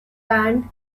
band